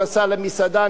נסע למסעדה,